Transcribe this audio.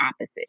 opposite